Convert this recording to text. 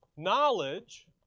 Knowledge